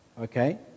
Okay